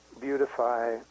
beautify